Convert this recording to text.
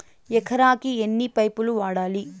ఎకరాకి ఎన్ని పైపులు వాడాలి?